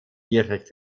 direkt